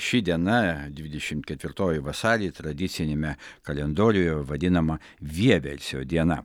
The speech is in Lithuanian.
ši diena dvidešimt ketvirtoji vasarį tradiciniame kalendoriuje vadinama vieversio diena